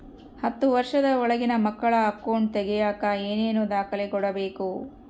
ಹತ್ತುವಷ೯ದ ಒಳಗಿನ ಮಕ್ಕಳ ಅಕೌಂಟ್ ತಗಿಯಾಕ ಏನೇನು ದಾಖಲೆ ಕೊಡಬೇಕು?